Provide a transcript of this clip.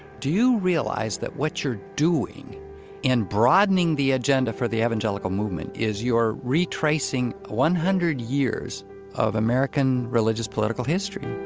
do you realize that what you're doing in broadening the agenda for the evangelical movement is you're retracing one hundred years of american religious political history?